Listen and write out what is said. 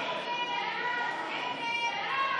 קבוצת סיעת יהדות